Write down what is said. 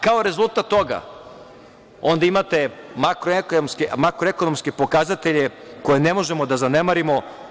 Kao rezultat toga onda imate makroekonomske pokazatelje koje ne možemo da zanemarimo.